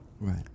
right